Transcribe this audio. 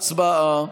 הצבעה.